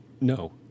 No